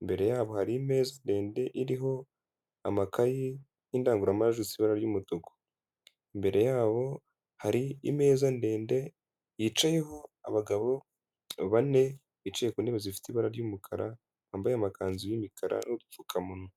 Imbere yabo hari imeza ndende iriho amakaye, n'indangururamajwi ifite ibara ry'umutuku, imbere yabo hari imeza ndende yicayeho abagabo bane bicaye ku ntebe zifite ibara ry'umukara, bambaye amakanzu y'imikara hariho udupfukamunwa.